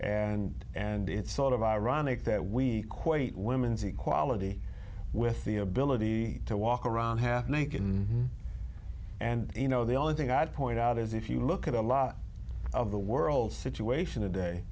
and and it's sort of ironic that we quite women's equality with the ability to walk around half naked and you know the only thing i'd point out is if you look at a lot of the world situation today